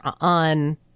on